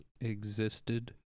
Existed